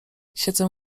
siedzę